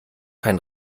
kein